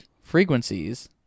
frequencies